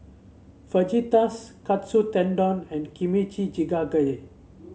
Fajitas Katsu Tendon and Kimchi Jjigae